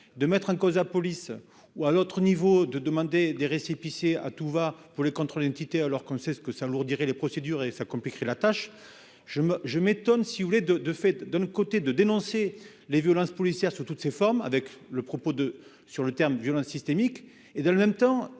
de mettre en cause la police ou à l'autre niveau de demander des récépissés à tout va pour le contrôle, une cité alors qu'on sait ce que cela alourdirait les procédures et ça compliquerait la tâche je me, je m'étonne si vous voulez de de fait d'un autre côté, de dénoncer les violences policières sous toutes ses formes, avec le propos de sur le terme violences systémique et dans le même temps